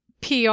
PR